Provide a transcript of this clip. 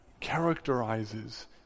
characterizes